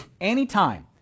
anytime